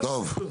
לא יפשט כלום.